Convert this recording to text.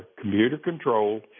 computer-controlled